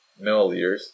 milliliters